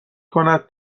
کند